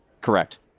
Correct